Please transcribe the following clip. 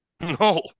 No